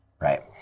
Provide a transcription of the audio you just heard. right